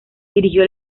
dirigió